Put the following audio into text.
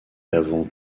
avant